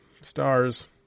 Stars